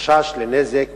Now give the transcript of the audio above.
מחשש לנזק